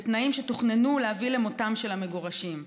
בתנאים שתוכננו להביא למותם של המגורשים.